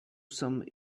some